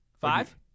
Five